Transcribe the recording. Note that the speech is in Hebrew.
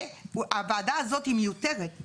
והוועדה הזאת היא מיותרת.